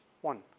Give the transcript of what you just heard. One